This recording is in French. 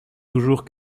toujours